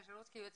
הרוסית,